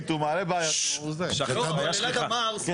לא, זה לא חומר גלם.